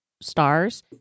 stars